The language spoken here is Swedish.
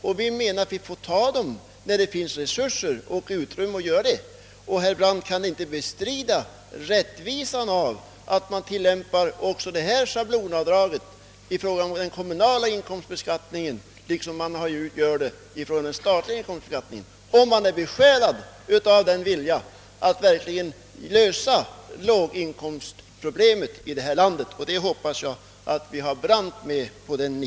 Enligt vår åsikt får vi genomföra dem när det finns resurser till det. Herr Brandt kan inte bestrida det riktiga i att man också tilllämpar ett schablonavdrag vid den kommunala inkomstbeskattningen liksom vid den statliga, om man är besjälad av en vilja att verkligen lösa låginkomstproblemet, vilket jag hoppas att herr Brandt är.